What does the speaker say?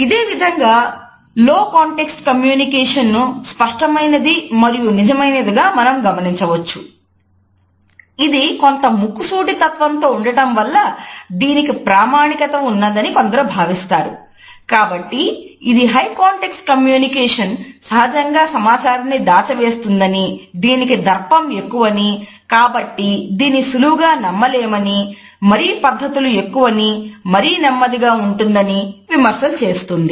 ఇదేవిధంగా లో context communication సహజంగా సమాచారాన్ని దాచివేస్తుందని దీనికి దర్పం ఎక్కువని కాబట్టి దీన్ని సులువుగా నమ్మలేమని మరీ పద్ధతులు ఎక్కువ అని మరీ నెమ్మదిగా ఉంటుంది అన్న విమర్శలు చేస్తుంది